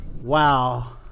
Wow